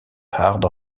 hard